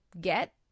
get